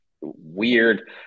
weird